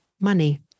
money